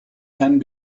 can